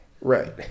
right